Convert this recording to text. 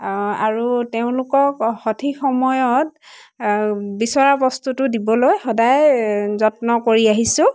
আৰু তেওঁলোকক সঠিক সময়ত বিচৰা বস্তুটো দিবলৈ সদায় যত্ন কৰি আহিছোঁ